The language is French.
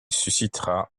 suscitera